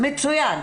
מצוין.